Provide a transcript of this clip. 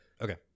Okay